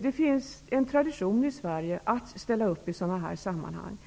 Det finns en tradition i Sverige att ställa upp i sådana här sammanhang.